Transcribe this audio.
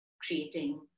creating